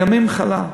לימים חלה,